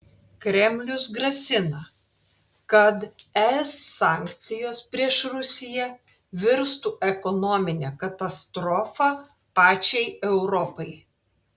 kremlius grasina kad es sankcijos prieš rusiją virstų ekonomine katastrofa pačiai europai